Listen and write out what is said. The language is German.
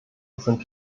sind